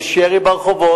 יש ירי ברחובות,